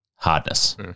Hardness